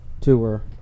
tour